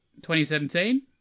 2017